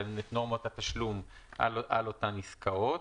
של נורמת התשלום על אותן עסקאות.